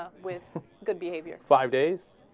ah with good behavior five days